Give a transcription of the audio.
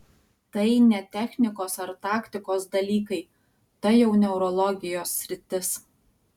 tai ne technikos ar taktikos dalykai tai jau neurologijos sritis